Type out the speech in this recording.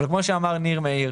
כמו שאמר ניר מאיר,